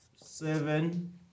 seven